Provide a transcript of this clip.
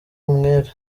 umwere